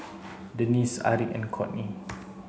Denisse Aric and Kourtney